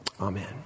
Amen